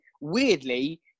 weirdly